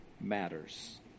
matters